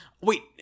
Wait